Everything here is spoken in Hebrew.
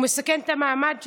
הוא מסכן את המעמד שלו,